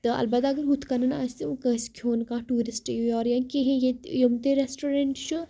تہٕ البتہ اگر ہُتھ کٔنۍ آسہِ کٲنٛسہِ کھیٚون کانٛہہ ٹوٗرِسٹہٕ یی یور یا کینٛہہ ییٚتہِ یِم تہِ رٮ۪سٹورٮ۪نٛٹ چھِ